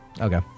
Okay